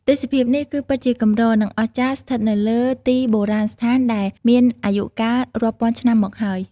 ទេសភាពនេះ គឺពិតជាកម្រ និងអស្ចារ្យស្ថិតនៅលើទីបុរាណស្ថានដែលមានអាយុកាលរាប់ពាន់ឆ្នាំមកហើយ។